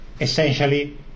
essentially